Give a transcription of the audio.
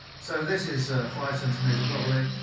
so this is a five centimeter probably,